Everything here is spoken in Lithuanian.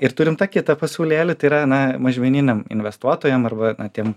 ir turim tą kitą pasaulėlį tai yra na mažmeniniam investuotojam arba tiem